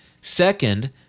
Second